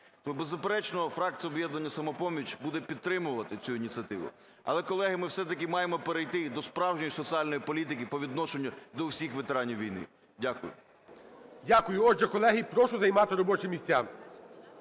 беззаперечно, фракція "Об'єднання "Самопоміч" буде підтримувати цю ініціативу. Але, колеги, ми все-таки маємо перейти і до справжньої соціальної політики по відношенню до всіх ветеранів війни. Дякую. ГОЛОВУЮЧИЙ. Дякую. Отже, колеги, прошу займати робочі місця.